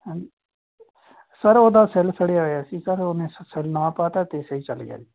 ਹਾਂ ਸਰ ਉਹਦਾ ਸੈਲ ਸੜਿਆ ਹੋਇਆ ਸੀ ਸਰ ਉਹਨੇ ਸੈ ਸੈੱਲ ਨਵਾਂ ਪਾਤਾ ਅਤੇ ਸਹੀ ਚੱਲ ਗਿਆ ਜੀ